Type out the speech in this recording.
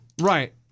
Right